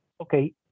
okay